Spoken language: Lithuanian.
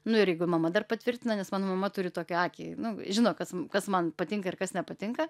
nu ir jeigu mama dar patvirtina nes mano mama turi tokią akį nu žino kas kas man patinka ir kas nepatinka